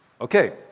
Okay